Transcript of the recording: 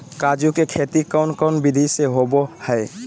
काजू के खेती कौन कौन विधि से होबो हय?